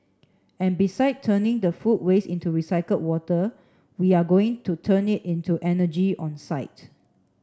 and besides turning the food waste into recycled water we are going to turn it into energy on site